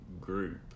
group